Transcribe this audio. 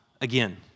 again